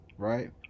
Right